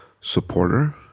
supporter